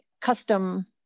custom